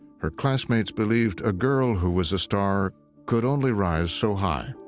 her classmates believed a girl who was a star could only rise so high.